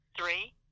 three